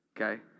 Okay